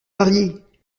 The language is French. mariée